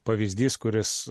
pavyzdys kuris